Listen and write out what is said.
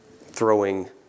throwing